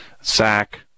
sack